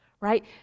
right